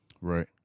right